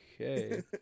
Okay